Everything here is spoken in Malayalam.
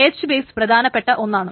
H ബേസ് പ്രധാനപ്പെട്ട ഒന്നാണ്